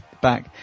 back